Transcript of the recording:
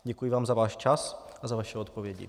Děkuji vám za váš čas a za vaše odpovědi.